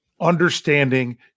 understanding